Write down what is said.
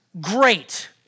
great